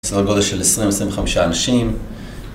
סדר גודל של 20-25 אנשים.